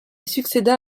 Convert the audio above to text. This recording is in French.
succéda